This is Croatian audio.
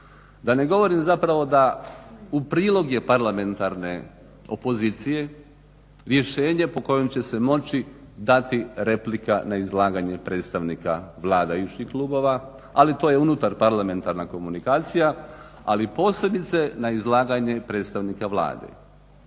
Da ne govorim zapravo da u prilog je parlamentarne opozicije rješenje po kojem će se moći dati replika na izlaganje predstavnika vladajućih klubova, ali to je unutar parlamentarna komunikacija ali i posljedice na izlaganje predstavnika Vlade